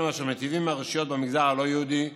אשר מיטיבים עם הרשויות במגזר הלא-יהודי,